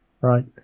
right